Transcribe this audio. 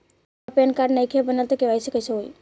हमार PAN card नईखे बनल त के.वाइ.सी कइसे होई?